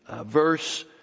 verse